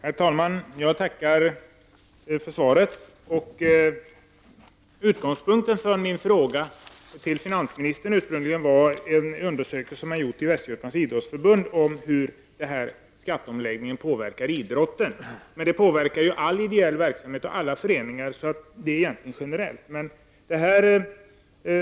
Herr talman! Jag tackar för svaret. Utgångspunkten för min fråga till finansministern var en undersökning som gjorts av Västergötlands idrottsförbund om hur skatteomläggningen påverkar idrotten. Skatteomläggningen påverkar all ideell verksamhet och alla föreningar, varför frågan är generell.